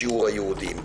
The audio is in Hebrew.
משיעור היהודים".